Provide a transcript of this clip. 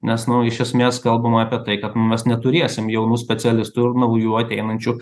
nes nu iš esmės kalbama apie tai kad mes neturėsim jaunų specialistų ir naujų ateinančių